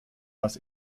das